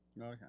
okay